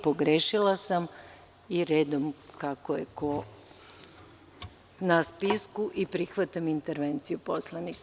Pogrešila sam, idemo redom kako je ko na spisku i prihvatam intervenciju poslanika.